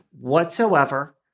whatsoever